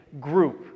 group